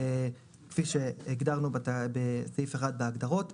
כפי שהגדרנו בהגדרות בסעיף אחד,